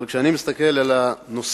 אבל כשאני מסתכל על הנושא